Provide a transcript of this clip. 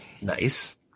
Nice